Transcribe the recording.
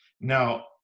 Now